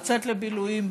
לצאת לבילויים,